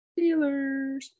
Steelers